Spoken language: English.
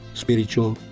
spiritual